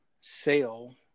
sale